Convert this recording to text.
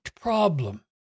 problem